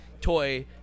Toy